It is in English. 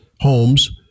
homes